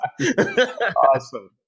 Awesome